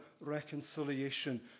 reconciliation